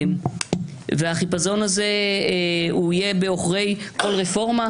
החיפזון הזה יהיה בעוכרי כל רפורמה,